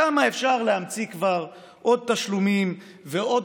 כמה אפשר להמציא כבר עוד תשלומים ועוד